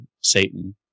Satan